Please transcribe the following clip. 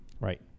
Right